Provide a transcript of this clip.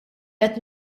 qed